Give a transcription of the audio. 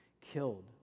killed